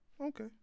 Okay